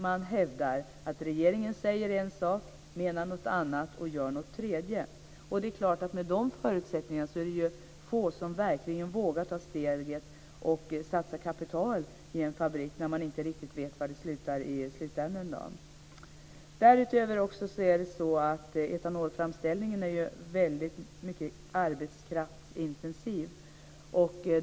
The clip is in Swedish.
Man hävdar att regeringen säger en sak, menar något annat och gör något tredje. Med de förutsättningarna är det klart att det är få som verkligen vågar ta steget och satsa kapital i en fabrik när man inte riktigt vet var det slutar. Därutöver är etanolframställning arbetskraftsintensiv.